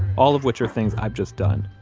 all of which are things i've just done.